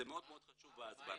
זה מאוד חשוב בהסברה.